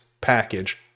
package